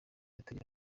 itegeko